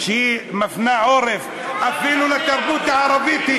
שהיא מפנה עורף אפילו לתרבות הערבית,